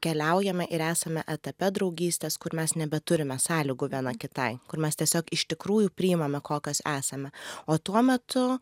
keliaujame ir esame etape draugystės kur mes nebeturime sąlygų viena kitai kur mes tiesiog iš tikrųjų priimame ko kas esame o tuo metu